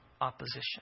opposition